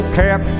cap